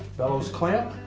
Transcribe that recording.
bellows clamp,